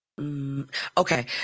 Okay